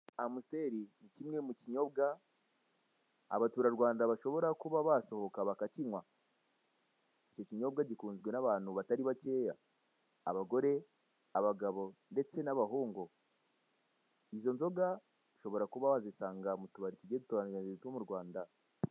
Amstel ni kimwe mu kinyobwa abaturarwanda bashobora kuba basohoka bakakinywa. Icyo kinyobwa gikunzwe n'abantu batari bakeya abagore, abagabo ndetse n'abahungu. Izo nzoga ushobora kuba wazisanga mu tubari tugiye dutandukanye two mu Rwanda.